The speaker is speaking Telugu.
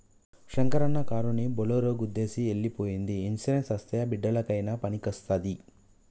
శంకరన్న కారుని బోలోరో గుద్దేసి ఎల్లి పోయ్యింది ఇన్సూరెన్స్ అస్తే బిడ్డలకయినా పనికొస్తాది